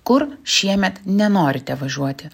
kur šiemet nenorite važiuoti